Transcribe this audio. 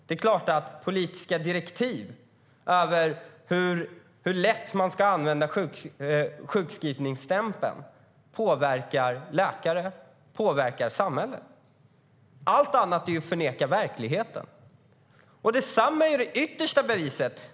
Det är klart att politiska direktiv om hur lätt man ska använda sjukskrivningsstämpeln påverkar läkare och samhället. Allt annat är att förneka verkligheten. Detsamma är det yttersta beviset.